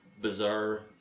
bizarre